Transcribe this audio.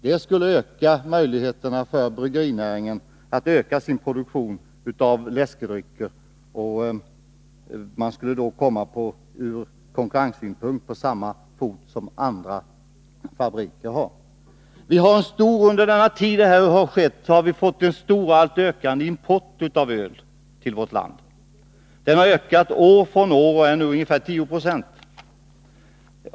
Det skulle förbättra möjligheterna för bryggerinäringen att öka sin produktion av läskedrycker, och den skulle då bli på ur konkurrenssynpunkt jämställd fot med andra fabriker. Vi har under åren fått en alltmer ökande import av öl till vårt land. Den har ökat år från år och är nu ungefär 10 26.